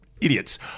idiots